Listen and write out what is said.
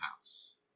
house